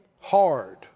Hard